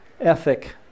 ethic